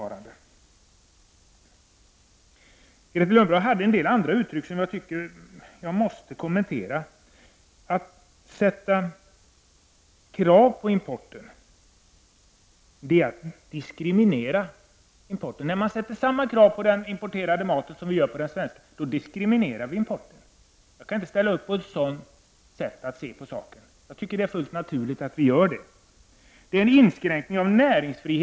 Grethe Lundblad sade en del andra saker som jag tycker att jag måste kommentera. Hon sade bl.a. att om man ställer samma krav på den importerade maten som man gör på den mat som produceras i Sverige, då diskriminerar man den importerade maten. Jag kan inte ställa mig bakom ett sådant synsätt. Jag tycker att det fullt naturligt att ställa samma krav, oberoende var maten kommer ifrån.